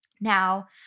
now